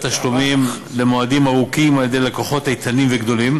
תשלומים למועדים ארוכים על-ידי לקוחות איתנים וגדולים,